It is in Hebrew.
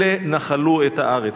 אלה נחלו את הארץ.